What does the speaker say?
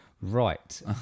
Right